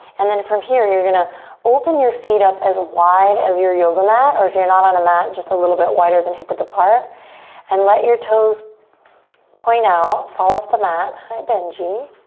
and then from here you're gonna open your feet up as wide as your yoga mat or, if you're not on a mat, just a little bit wider than hip width apart and let your toes point out, fall off the mat. hi benji.